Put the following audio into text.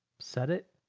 set it,